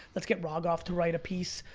let's get rog off to write a piece,